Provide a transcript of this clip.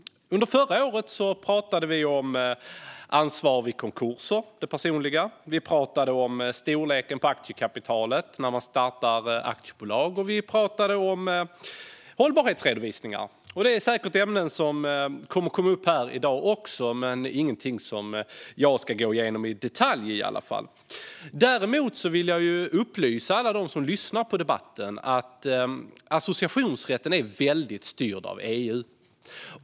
Förra året pratade vi om det personliga ansvaret vid konkurser, storleken på aktiekapital när man startar aktiebolag och hållbarhetsredovisningar. Det är ämnen som säkert kommer upp också i dag, men det är inget som jag tänker gå igenom i detalj. Jag vill däremot upplysa alla som lyssnar till debatten om att associationsrätten är väldigt styrd av EU.